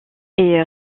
est